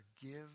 forgive